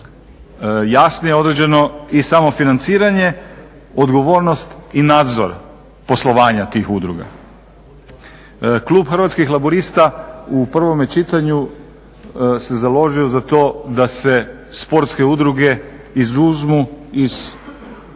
Jasnije je određeno i samofinanciranje, odgovornost i nadzor poslovanja tih udruga. Klub Hrvatskih laburista u prvome čitanju se založio za to da se sportske udruge izuzmu iz Prijedloga